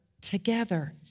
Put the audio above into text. together